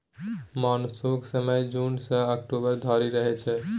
मानसुनक समय जुन सँ अक्टूबर धरि रहय छै